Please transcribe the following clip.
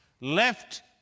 left